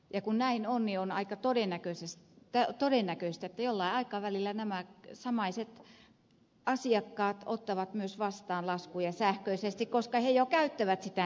ja kun näin on niin on aika todennäköistä että jollain aikavälillä nämä samaiset asiakkaat ottavat myös laskuja vastaan sähköisesti koska he jo käyttävät sitä nettipankkia